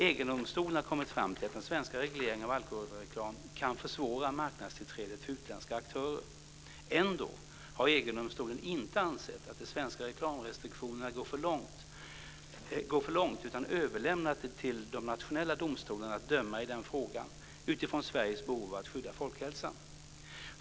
EG-domstolen har kommit fram till att den svenska regleringen av alkoholreklam kan försvåra marknadstillträdet för utländska aktörer. Ändå har EG-domstolen inte ansett att de svenska reklamrestriktionerna går för långt utan överlämnat till de nationella domstolarna att döma i den frågan utifrån Sveriges behov av att skydda folkhälsan.